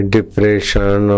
Depression